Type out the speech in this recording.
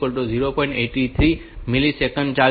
83 millisecond ચાલશે